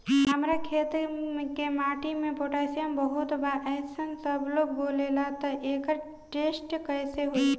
हमार खेत के माटी मे पोटासियम बहुत बा ऐसन सबलोग बोलेला त एकर टेस्ट कैसे होई?